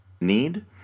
need